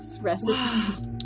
Recipes